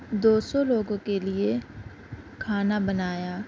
دو سو لوگوں کے لیے کھانا بنایا